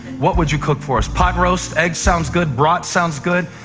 what would you cook for us? pot roast? eggs sound good. brats sound good.